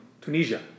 Tunisia